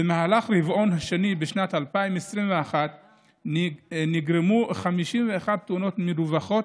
במהלך הרבעון השני בשנת 2021 נגרמו 51 תאונות מדווחות,